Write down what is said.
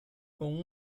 con